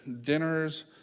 dinners